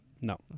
No